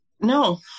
No